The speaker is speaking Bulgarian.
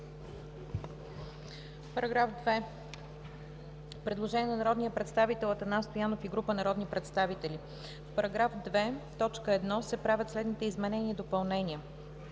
Параграф 4 – предложение на народния представител Атанас Стоянов и група народни представители: „В § 4, в т. 1 се правят следните изменения и допълнения: